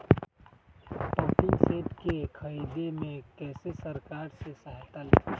Pumping set के ख़रीदे मे कैसे सरकार से सहायता ले?